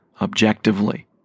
objectively